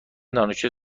دانشجوی